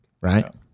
Right